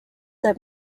that